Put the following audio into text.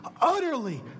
utterly